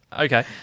Okay